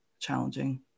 challenging